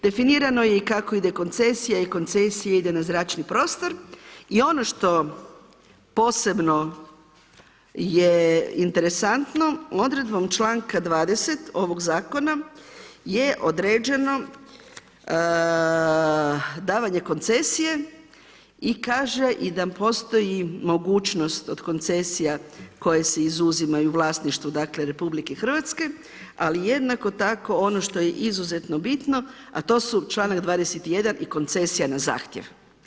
Definirano je i kako ide koncesija i koncesija ide na zračni prostor i ono što posebno je interesantno, odredbom članka 20. ovog zakona je određeno davanje koncesije i kaže i da postoji mogućnost od koncesija koje se izuzimaju u vlasništvu RH, ali jednako tako ono što je izuzetno bitno, a to su članak 21. i koncesija na zahtjev.